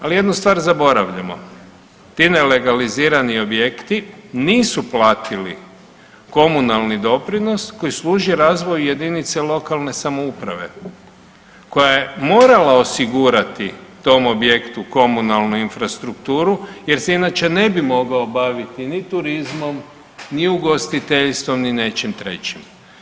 Ali jednu stvar zaboravljamo, ti nelegalizirani objekti nisu platili komunalni doprinos koji služi razvoju JLS koja je morala osigurati tom objektu komunalnu infrastrukturu jer se inače ne bi mogao baviti ni turizmom, ni ugostiteljstvom, ni nečim trećim.